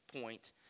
point